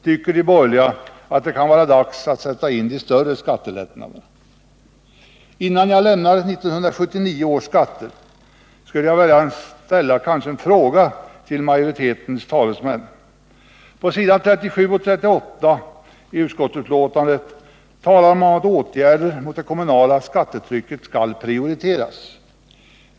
tycker de borgerliga att det kan vara dags att sätta in de större skattelättnaderna. Innan jag lämnar 1979 års skatter skulle jag vilja ställa en fråga till majoritetens talesmän. På s. 37 och 38 i utskottsbetänkandet talar man om att åtgärder mot det kommunala skattetrycket skall prioriteras.